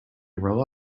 rely